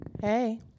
hey